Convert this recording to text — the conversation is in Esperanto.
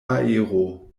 aero